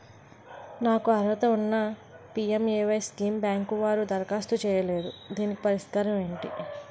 నాకు అర్హత ఉన్నా పి.ఎం.ఎ.వై స్కీమ్ బ్యాంకు వారు దరఖాస్తు చేయలేదు దీనికి పరిష్కారం ఏమిటి?